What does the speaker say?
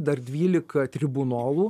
dar dvylika tribunolų